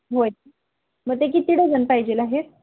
मग ते किती डझन पाहिजे आहे